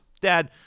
dad